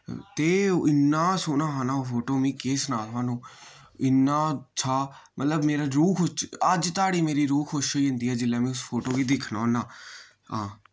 ते इ'न्ना सोह्ना हा ना ओह् फोटो में केह् सनां थुहानू इ'न्ना अच्छा मतलब मेरा रूह् खुश अज्ज धोड़ी मेरी रूह् खुश होई जन्दी ऐ जिल्लै मैं उस फोटो गी दिक्खना होना हां